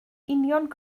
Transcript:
union